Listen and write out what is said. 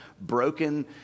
broken